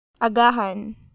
Agahan